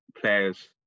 players